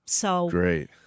Great